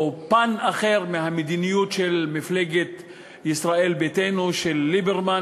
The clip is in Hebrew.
או: פן אחר מהמדיניות של מפלגת ישראל ביתנו של ליברמן,